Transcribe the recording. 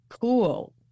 Cool